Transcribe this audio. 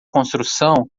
construção